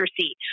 seat